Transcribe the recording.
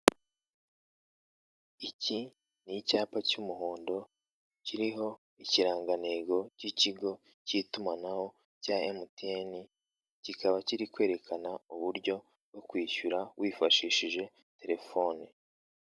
Iki ni icyapa cy'umuhondo kiriho ikirangantego k'ikigo k'itumanaho cya emutiyene kikaba kirikwerekana uburyo bwo kwishyura wifashishije telephone.